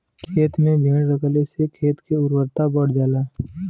खेते में भेड़ रखले से खेत के उर्वरता बढ़ जाला